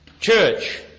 church